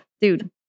Dude